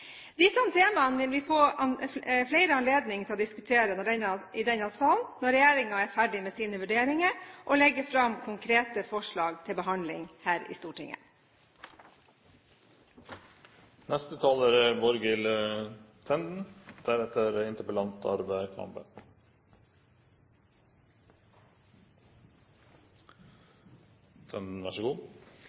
Disse temaene vil vi få flere anledninger til å diskutere i denne sal når regjeringen er ferdig med sine vurderinger og legger fram konkrete forslag til behandling her i